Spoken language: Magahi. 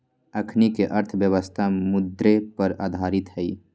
अखनीके अर्थव्यवस्था मुद्रे पर आधारित हइ